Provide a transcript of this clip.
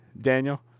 Daniel